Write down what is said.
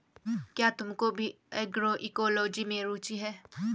क्या तुमको भी एग्रोइकोलॉजी में रुचि है?